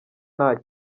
nta